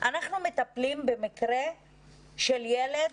אנחנו מטפלים במקרה של ילד